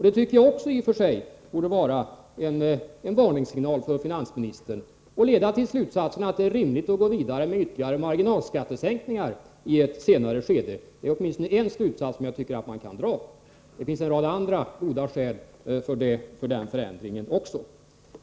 Detta borde också i och för sig vara en varningssignal till finansministern och leda till slutsatsen att det är rimligt att gå vidare med ytterligare marginalskattesänkningar i ett senare skede — det är åtminstone en slutsats som man kan dra. Det finns också en rad andra goda skäl för en sådan förändring.